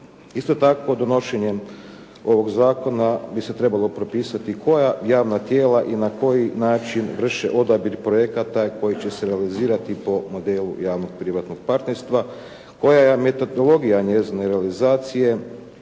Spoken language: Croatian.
Isto tako donošenjem ovog zakona bi se trebalo propisati koja javna tijela i na koji način vrše odabir projekata koji će se realizirati po modelu javno privatnog partnerstva? Koja je metodologija njezine realizacije?